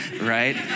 right